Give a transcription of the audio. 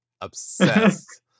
Obsessed